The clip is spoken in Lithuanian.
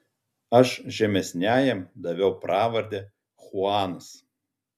aš žemesniajam daviau pravardę chuanas